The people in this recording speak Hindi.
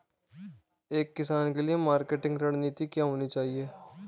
एक किसान के लिए मार्केटिंग रणनीति क्या होनी चाहिए?